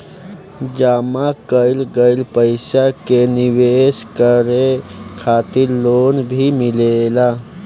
जामा कईल गईल पईसा के निवेश करे खातिर लोन भी मिलेला